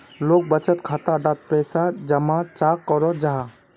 लोग बचत खाता डात पैसा जमा चाँ करो जाहा?